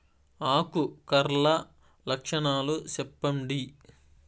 ఆకు కర్ల లక్షణాలు సెప్పండి